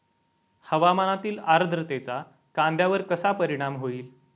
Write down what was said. हवामानातील आर्द्रतेचा कांद्यावर कसा परिणाम होईल?